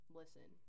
listen